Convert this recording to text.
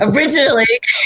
Originally